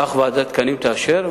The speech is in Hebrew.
כך ועדת התקנים תאשר,